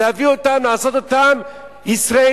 להביא אותם, לעשות אותם ישראלים?